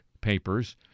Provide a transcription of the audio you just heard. Papers